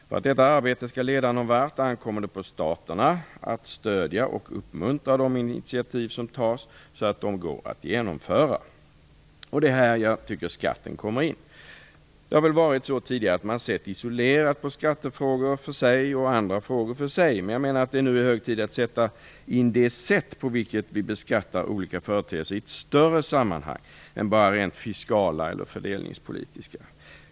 För att detta arbete skall leda någon vart, ankommer det på staterna att stödja och uppmuntra de initiativ som tas, så att de går att genomföra. Det är i detta sammanhang som jag tycker att skatten kommer in. Det har väl tidigare varit på det sättet att man har sett isolerat på skattefrågor för sig och andra frågor för sig. Men jag menar att det nu är hög tid att sätta in det sätt på vilket vi beskattar olika företeelser i ett större sammanhang än bara rent fiskala och fördelningspolitiska.